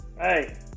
Hey